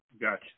Gotcha